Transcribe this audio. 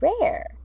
rare